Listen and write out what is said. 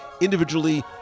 individually